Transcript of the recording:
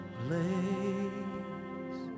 place